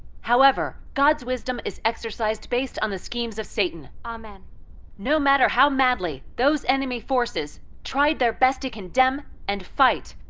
however, god's wisdom is exercised based on the schemes of satan. um and no matter how madly those enemy forces tried their best to condemn and fight,